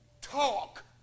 talk